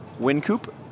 Wincoop